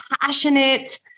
passionate